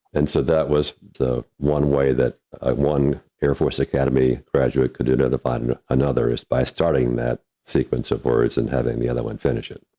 and so that was the one way that one air force academy graduate could identify and another, is by starting that sequence of words and having the other one finish it.